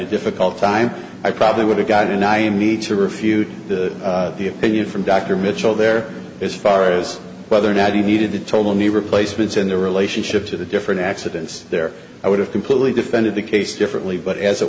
a difficult time i probably would have gotten i need to refute the opinion from dr mitchell there is far as whether or not he needed the total knee replacements in the relationship to the different accidents there i would have completely defended the case differently but as it